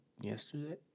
yesterday